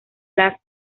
las